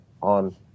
on